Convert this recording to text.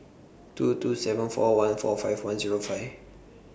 two two seven four one four five one Zero five